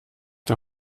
der